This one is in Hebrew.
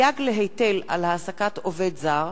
(סייג להיטל על העסקת עובד זר),